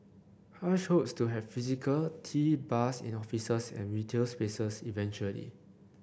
hush hopes to have physical tea bars in offices and retail spaces eventually